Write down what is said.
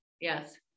Yes